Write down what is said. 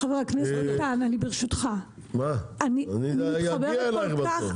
חבר הכנסת ביטן, ברשותך מה שהוא אמר כעת,